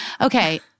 Okay